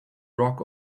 rock